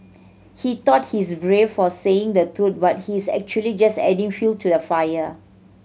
he thought he's brave for saying the truth but he's actually just adding fuel to the fire